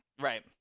Right